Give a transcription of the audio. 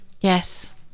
Yes